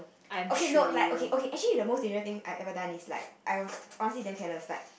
okay no like okay okay actually the most dangerous thing I ever done is like I was Aussie damn careless like